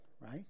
right